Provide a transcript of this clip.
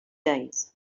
days